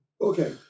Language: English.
Okay